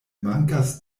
mankas